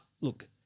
look